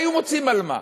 היו מוצאים על מה.